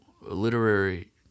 literary –